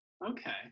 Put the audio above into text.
Okay